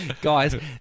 guys